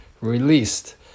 released